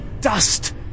dust